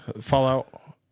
Fallout